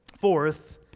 Fourth